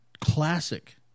Classic